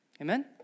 Amen